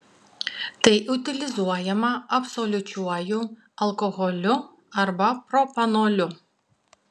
tai utilizuojama absoliučiuoju alkoholiu arba propanoliu